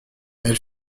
elle